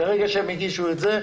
וברגע שהם הגישו את זה,